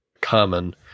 common